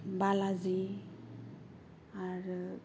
बालाजि आरो